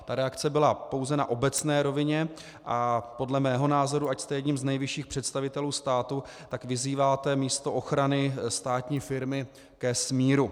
Ta reakce byla pouze na obecné rovině a podle mého názoru, ač jste jedním z nejvyšších představitelů státu, tak vyzýváte místo ochrany státní firmy ke smíru.